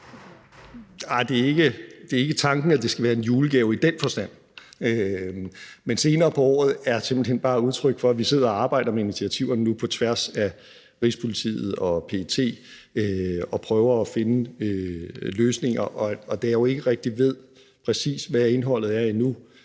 Det er ikke tanken, at det skal være en julegave i den forstand. Senere på året er sådan set bare udtryk for, at vi sidder og arbejder med initiativer nu på tværs af Rigspolitiet og PET og prøver at finde løsninger, og da jeg jo ikke rigtig ved, præcis hvad indholdet er endnu,